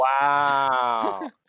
Wow